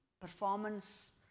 performance